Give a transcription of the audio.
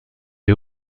les